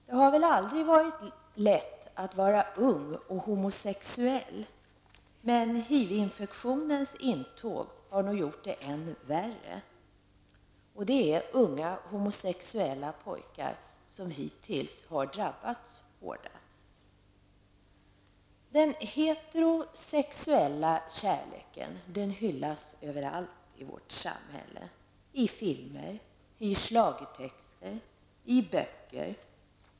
Det har väl aldrig varit lätt att vara ung och homosexuell, men HIV-infektionens intåg har nog gjort det än värre. Och det är unga homosexuella pojkar som hittills har drabbats hårdast. Den heterosexuella kärleken hyllas överallt i vårt samhälle, i filmer, i schlagertexter och i böcker.